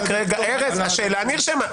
השאלה נרשמה.